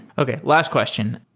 okay last question.